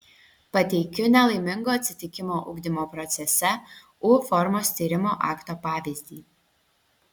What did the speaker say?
pateikiu nelaimingo atsitikimo ugdymo procese u formos tyrimo akto pavyzdį